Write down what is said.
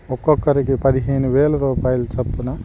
ఒక్కొక్కరికి పదిహేను వేలు రూపాయలు తప్పున